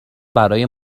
برای